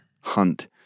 hunt